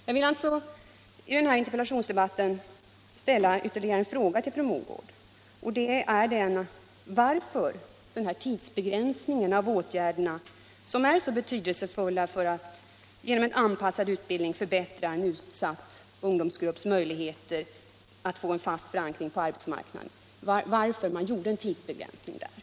Jag vill alltså i den här interpellationsdebatten ställa ytterligare en fråga till fru Mogård: Varför tidsbegränsades åtgärderna, som är så betydel = Nr 86 sefulla för att genom en anpassad utbildning förbättra en utsatt ung Tisdagen den domsgrupps möjligheter att få en fast förankring på arbetsmarknaden? 15 mars 1977